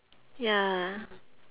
ya